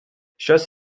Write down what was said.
šios